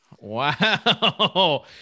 wow